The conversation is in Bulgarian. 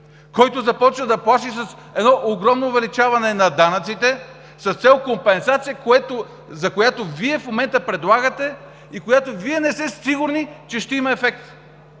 който започва да плаши с едно огромно увеличаване на данъците с цел компенсация, която Вие в момента предлагате и за която не сте сигурни, че ще има ефект.